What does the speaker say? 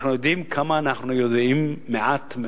אנחנו יודעים כמה אנחנו יודעים מעט מאוד.